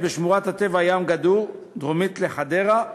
בשמורת הטבע ים גדור, דרומית לחדרה,